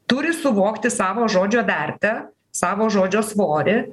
turi suvokti savo žodžio vertę savo žodžio svorį